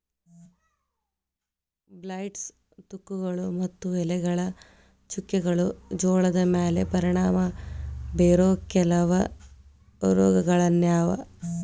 blights, ತುಕ್ಕುಗಳು ಮತ್ತು ಎಲೆಗಳ ಚುಕ್ಕೆಗಳು ಜೋಳದ ಮ್ಯಾಲೆ ಪರಿಣಾಮ ಬೇರೋ ಕೆಲವ ರೋಗಗಳಾಗ್ಯಾವ